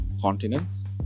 continents